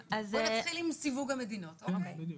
בואי נתחיל עם סיווג המדינות, אוקיי?